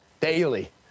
daily